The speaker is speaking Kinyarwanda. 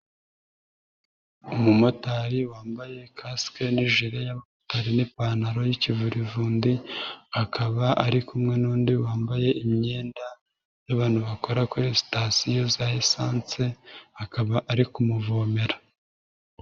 Umumotari wambaye kasike ni hejuru ytari n'ipantaro y'ikivurivundi, akaba ari kumwe n'undi wambaye imyenda y'abantu bakora kuri sitasiyo za esanse, akaba ari kumuvomera.